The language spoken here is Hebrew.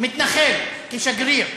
מתנחל כשגריר.